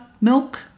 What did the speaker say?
milk